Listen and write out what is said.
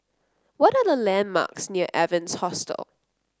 what are the landmarks near Evans Hostel